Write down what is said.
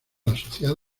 asociado